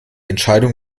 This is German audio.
entscheidung